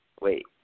Wait